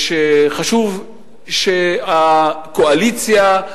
חשוב שהקואליציה,